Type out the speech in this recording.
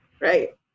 right